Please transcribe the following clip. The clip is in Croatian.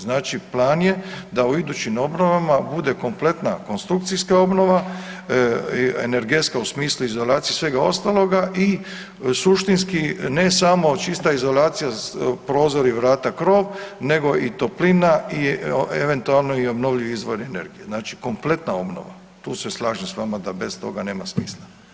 Znači, plan da u idućim obnovama bude kompletna konstrukcijska obnova, energetska u smislu izolacije i svega ostaloga i suštinski ne samo čista izolacija, prozori, vrata, krov nego i toplina i eventualno i obnovljivi izvori energije, znači kompletna obnova, tu se slažem s vama da bez toga nema smisla.